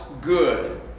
good